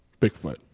Bigfoot